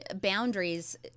boundaries